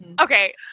Okay